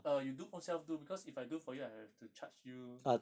uh you do ownself do because if I do for you I have to charge you